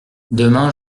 demain